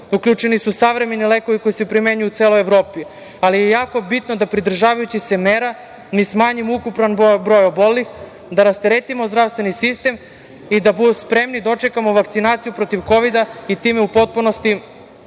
Uključeni su savremeni lekovi koji se primenjuju u celoj Evropi, ali je jako bitno da pridržavajući se mera mi smanjimo ukupan broj obolelih, da rasteretimo zdravstveni sistem i da spremni dočekamo vakcinaciju protiv kovida i time u potpunosti